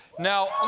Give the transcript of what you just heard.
now, um